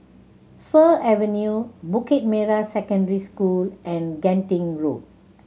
Fir Avenue Bukit Merah Secondary School and Genting Road